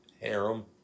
Harem